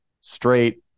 straight